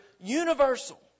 universal